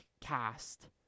cast